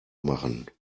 machen